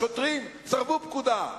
לשוטרים: סרבו פקודה.